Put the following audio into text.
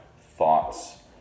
thoughts